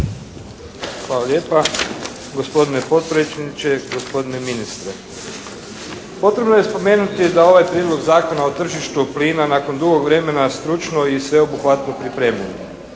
Hvala lijepa. Gospodine potpredsjedniče, gospodine ministre. Potrebno je spomenuti da ovaj Prijedlog zakona o tržištu plina nakon dugog vremena stručno i sveobuhvatno pripremljen.